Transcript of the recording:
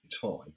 time